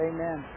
Amen